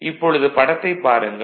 இப்பொழுது படத்தைப் பாருங்கள்